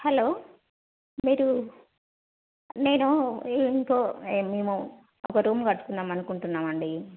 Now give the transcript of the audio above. hollow మీరు నేను ఈ ఇంట్లో మేము ఒక రూమ్ కట్టుకుందాం అనుకుంటున్నాం అండి